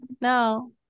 No